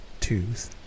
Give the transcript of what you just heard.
twos